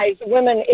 women